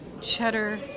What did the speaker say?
cheddar